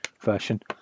version